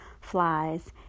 flies